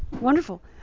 Wonderful